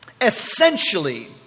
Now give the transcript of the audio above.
Essentially